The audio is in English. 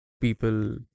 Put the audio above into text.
people